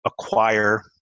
acquire